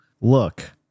Look